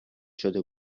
شده